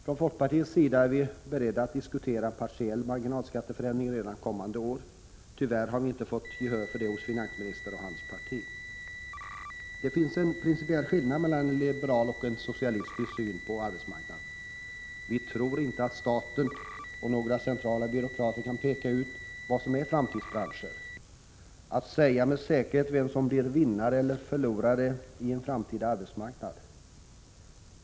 Från folkpartiets sida är vi beredda att diskutera en partiell marginalskatteförändring redan kommande år. Tyvärr har vi inte fått gehör för det hos finansministern och hans parti. Det finns en principiell skillnad mellan en liberal och en socialistisk syn på arbetsmarknaden. Vi tror inte att staten och några centrala byråkrater kan peka ut vad som är framtidsbranscher, säga med säkerhet vem som blir vinnare eller förlorare i en framtida arbetsmarknad.